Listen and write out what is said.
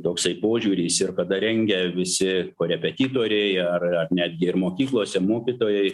toksai požiūris ir kada rengia visi korepetitoriai ar ar netgi ir mokyklose mokytojai